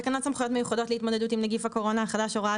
תקנות סמכויות מיוחדות להתמודדות עם נגיף הקורונה החדש (הוראת